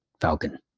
Falcon